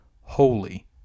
holy